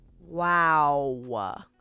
wow